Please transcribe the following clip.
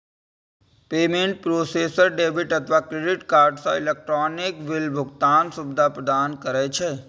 payment processor debit अथवा credit card सं electronic bill भुगतानक सुविधा प्रदान करै छै